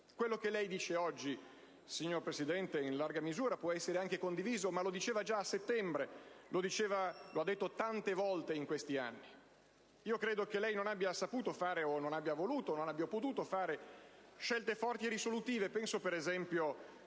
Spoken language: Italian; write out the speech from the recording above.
Quello che lei dice oggi, signor Presidente, in larga misura può essere anche condiviso, ma lo diceva già a settembre. Lo ha detto tante volte in questi anni. Io credo che lei non abbia saputo, voluto o potuto, fare scelte forti e risolutive. Penso, per esempio,